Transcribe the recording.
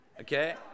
okay